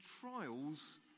trials